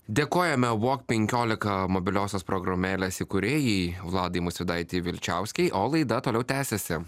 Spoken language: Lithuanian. dėkojame walk penkiolika mobiliosios programėlės įkūrėjai vladai musvydaitei vilčiauskei o laida toliau tęsiasi